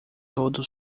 todo